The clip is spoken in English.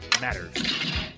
matters